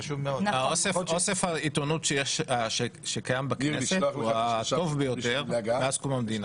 -- אוסף העיתונות שקיים בכנסת הוא הטוב ביותר מאז קום המדינה.